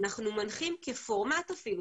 אנחנו מנחים כפורמט אפילו.